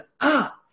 up